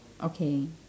okay